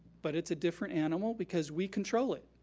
but it's a different animal because we control it.